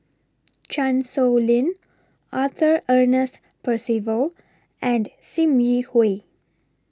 Chan Sow Lin Arthur Ernest Percival and SIM Yi Hui